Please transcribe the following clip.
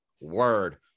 Word